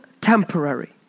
temporary